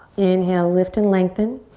inhale, lift and lengthen.